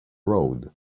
road